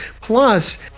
Plus